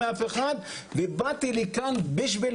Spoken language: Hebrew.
באתי לכאן בשביל